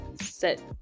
set